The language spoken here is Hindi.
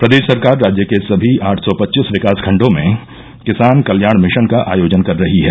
प्रदेश सरकार राज्य के सभी आठ सौ पच्चीस विकास खण्डों में किसान कल्याण मिशन का आयोजन कर रही है